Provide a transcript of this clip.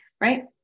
right